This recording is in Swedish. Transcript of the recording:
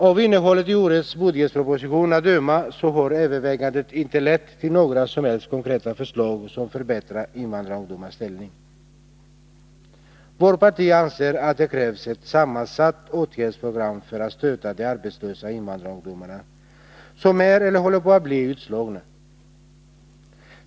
Av innehållet i årets budgetproposition att döma har övervägandet inte lett till några som helst konkreta förslag som förbättrar invandrarungdomarnas ställning. Vårt parti anser att det krävs ett sammansatt åtgärdsprogram för att stötta de arbetslösa invandrarungdomar som är eller håller på att bli utslagna.